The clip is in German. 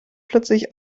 plötzlich